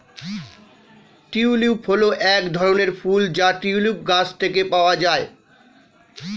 tulip হল এক ধরনের ফুল যা টিউলিপ গাছ থেকে পাওয়া যায়